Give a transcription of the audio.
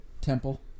temple